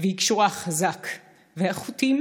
קשורה חזק / והחוטים